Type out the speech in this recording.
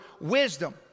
wisdom